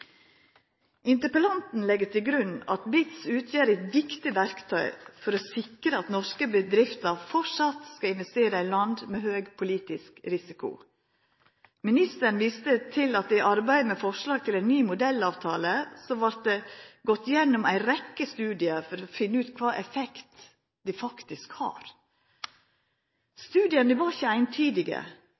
Interpellanten legg til grunn at BITs utgjer eit viktig verktøy for å sikra at norske bedrifter framleis skal investera i land med høg politisk risiko. Ministeren viste til at det i arbeidet med forslag til ein ny modellavtale vart gått gjennom ei rekkje studiar for å finna ut kva for effekt det faktisk har. Studiane var ikkje eintydige,